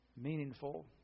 meaningful